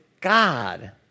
God